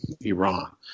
Iran